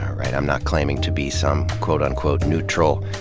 alright. i'm not claiming to be some quote-unquote neutral,